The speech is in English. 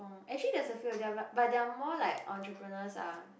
actually there's a field they are like but they are more like entrepreneurs ah